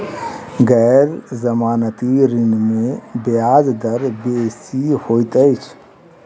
गैर जमानती ऋण में ब्याज दर बेसी होइत अछि